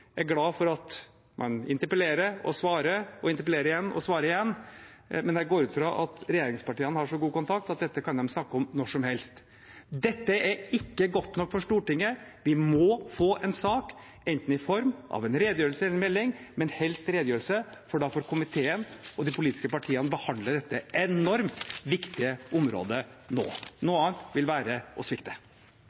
er glad for at man interpellerer og svarer, interpellerer igjen og svarer igjen, men jeg går ut fra at regjeringspartiene har så god kontakt at dette kan de snakke om når som helst. Dette er ikke godt nok for Stortinget. Vi må få en sak – enten i form av en redegjørelse eller en melding, men helst en redegjørelse – for da får komiteen og de politiske partiene behandle dette enormt viktige området nå. Noe annet vil være å svikte.